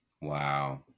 Wow